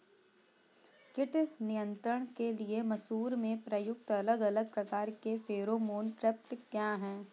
कीट नियंत्रण के लिए मसूर में प्रयुक्त अलग अलग प्रकार के फेरोमोन ट्रैप क्या है?